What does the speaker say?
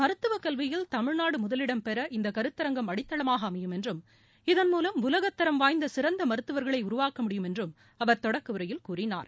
மருத்துவக் கல்வியில் தமிழ்நாடு முதலிடம் பெற இந்த கருத்தரங்கம் அடித்தளமாக அமையும் என்றும் இதன்மூலம் உலகத் தரம் வாய்ந்த சிறந்த மருத்தவர்களை உருவாக்க முடியும் என்றும் அவர் தொடக்க உரையில் கூறினார்